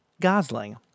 Gosling